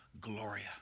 gloria